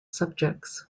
subjects